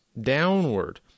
downward